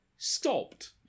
Stopped